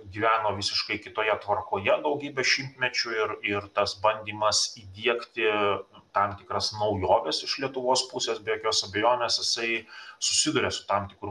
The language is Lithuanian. gyveno visiškai kitoje tvarkoje daugybę šimtmečių ir ir tas bandymas įdiegti tam tikras naujoves iš lietuvos pusės be jokios abejonės jisai susiduria su tam tikru